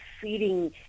feeding